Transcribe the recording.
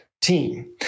Team